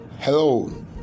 Hello